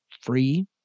free